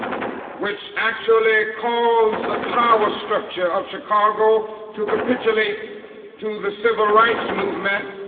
which actually calls the power structure of chicago to capitulate to the civil rights movement,